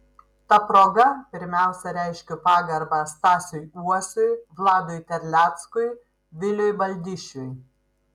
ta proga pirmiausia reiškiu pagarbą stasiui uosiui vladui terleckui viliui baldišiui